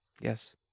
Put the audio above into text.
Yes